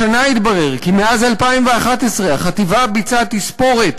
השנה התברר כי מאז 2011 החטיבה ביצעה תספורת